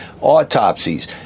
autopsies